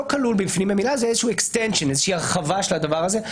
כלול בפנים ממילא אלא זה איזושהי הרחבה של הדבר הזה.